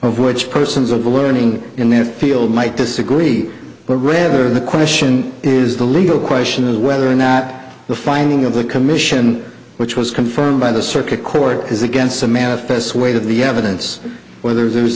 which persons of the learning in their field might disagree but rather the question is the legal question of whether or not the finding of the commission which was confirmed by the circuit court is against the manifest weight of the evidence whether there